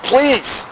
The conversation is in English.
Please